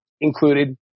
included